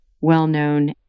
well-known